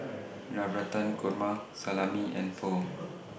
Navratan Korma Salami and Pho